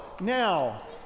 Now